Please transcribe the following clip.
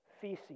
feces